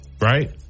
Right